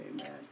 Amen